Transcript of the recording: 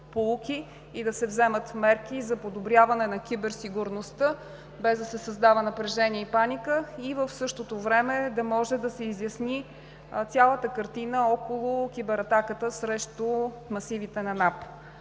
и да се вземат мерки за подобряване на киберсигурността, без да се създава напрежение и паника, и в същото време да може да се изясни цялата картина около кибератаката срещу масивите на НАП.